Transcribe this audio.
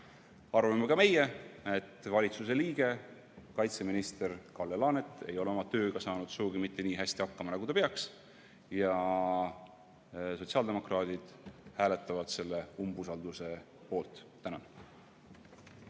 arvame ka meie, et valitsuse liige, kaitseminister Kalle Laanet ei ole oma tööga saanud sugugi mitte nii hästi hakkama, nagu peaks. Sotsiaaldemokraadid hääletavad selle umbusaldusavalduse poolt. Tänan!